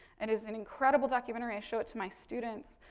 and, it's an incredible documentary. i show it to my students.